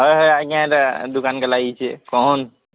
ହଁ ହଁ ଆଜ୍ଞା ଏଇଟା ଦୁକାନ୍କେ ଲାଗିଛି କହନ୍